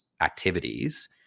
activities